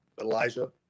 Elijah